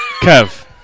Kev